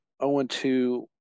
0-2